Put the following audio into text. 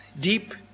Deep